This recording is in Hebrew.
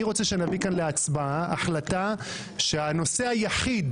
אני רוצה שנביא כאן להצבעה החלטה שהנושא היחיד